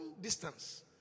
distance